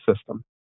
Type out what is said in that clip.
system